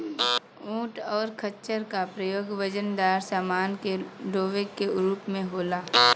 ऊंट और खच्चर का प्रयोग वजनदार समान के डोवे के रूप में होला